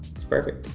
it's perfect.